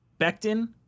Becton